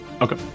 Okay